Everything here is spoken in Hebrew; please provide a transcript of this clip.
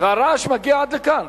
והרעש מגיע עד לכאן.